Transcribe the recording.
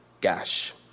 Gash